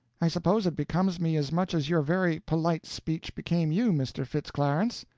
i suppose it becomes me as much as your very polite speech became you, mr. fitz clarence.